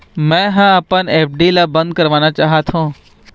मै ह अपन एफ.डी ला अब बंद करवाना चाहथों